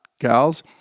gals